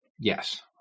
Yes